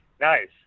Nice